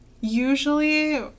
usually